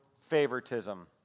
favoritism